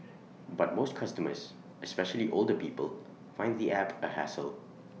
but most customers especially older people find the app A hassle